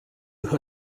her